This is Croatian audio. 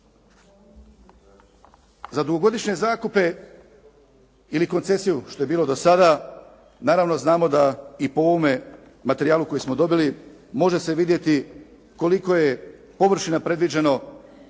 Za dugogodišnje zakupe ili koncesiju što je bilo do sada, naravno znamo da i po ovome materijalu koji smo dobili, može se vidjeti koliko je površina predviđeno